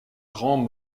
grand